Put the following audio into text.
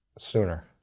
Sooner